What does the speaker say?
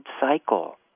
cycle